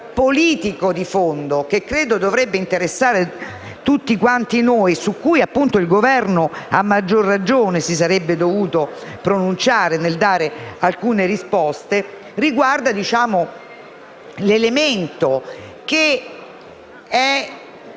politico di fondo che dovrebbe interessare tutti quanti noi e su cui il Governo, a maggior ragione, avrebbe dovuto pronunciarsi e dare alcune risposte riguarda l'elemento che ha